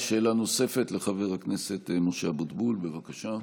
שאלה נוספת לחבר הכנסת משה אבוטבול, בבקשה.